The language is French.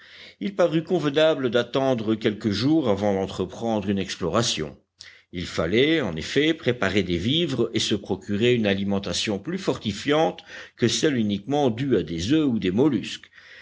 il parut convenable d'attendre quelques jours avant d'entreprendre une exploration il fallait en effet préparer des vivres et se procurer une alimentation plus fortifiante que celle uniquement due à des oeufs ou des mollusques